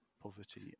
poverty